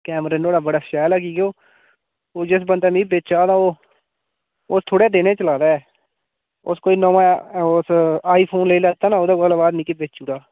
camera नुहाड़ा बड़ा शैल ऐ की के ओह् जिस बंदे मिगी बेचा ओह् थोह्ड़े दिन ई चला दा ऐ उस कोई नमां उस आईफोन लेई लैता ना ओह्दे बाद मिगी बेच्ची ओड़ा